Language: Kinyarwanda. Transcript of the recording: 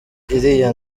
iriya